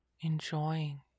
Enjoying